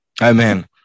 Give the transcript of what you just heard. Amen